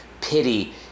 pity